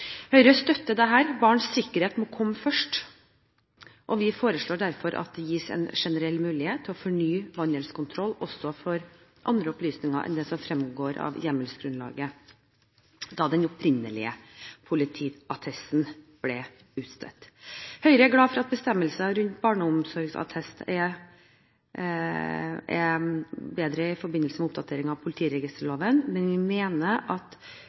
Høyre støtter dette. Barns sikkerhet må komme først, og vi foreslår derfor at det gis en generell mulighet til å få ny vandelskontroll også for andre opplysninger enn det som fremgår av hjemmelsgrunnlaget da den opprinnelige politiattesten ble utstedt. Høyre er glad for at bestemmelser rundt barneomsorgsattest er bedret i forbindelse med oppdatering av politiregisterloven, men vi mener at